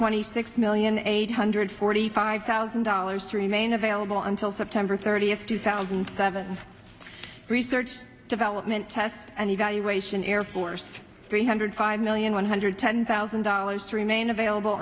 twenty six million eight hundred forty five thousand dollars three main available until september thirtieth two thousand and seven research development test and evaluation airforce three hundred five million one hundred ten thousand dollars to remain available